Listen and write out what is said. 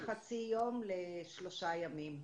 בין חצי יום לשלושה ימים,